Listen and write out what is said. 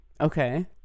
Okay